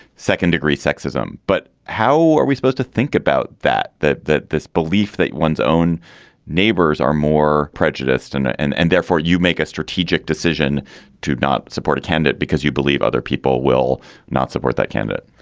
second degree sexism. but how are we supposed to think about that, that that this belief that one's own neighbors are more prejudiced and and and therefore you make a strategic decision to not support a candidate because you believe other people will not support that candidate?